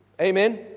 Amen